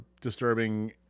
disturbing